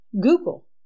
Google